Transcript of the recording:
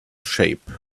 shape